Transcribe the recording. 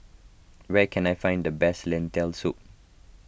where can I find the best Lentil Soup